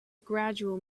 gradual